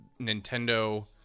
Nintendo